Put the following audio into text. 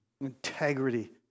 Integrity